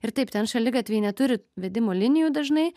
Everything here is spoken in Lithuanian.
ir taip ten šaligatviai neturi vedimo linijų dažnai